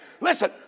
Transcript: Listen